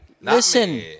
Listen